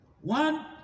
one